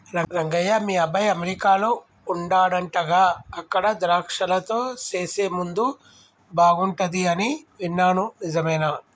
రంగయ్య మీ అబ్బాయి అమెరికాలో వుండాడంటగా అక్కడ ద్రాక్షలతో సేసే ముందు బాగుంటది అని విన్నాను నిజమేనా